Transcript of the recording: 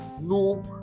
No